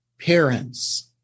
parents